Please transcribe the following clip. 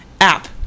app